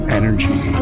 energy